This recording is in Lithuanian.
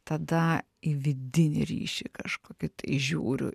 tada į vidinį ryšį kažkokį žiūriu